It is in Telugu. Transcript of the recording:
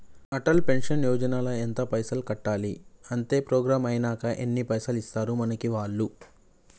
అటల్ పెన్షన్ యోజన ల ఎంత పైసల్ కట్టాలి? అత్తే ప్రోగ్రాం ఐనాక ఎన్ని పైసల్ ఇస్తరు మనకి వాళ్లు?